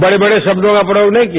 बड़े बड़े शब्दों का प्रयोग नहीं किया